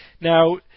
Now